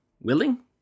willing